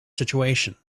situation